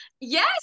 Yes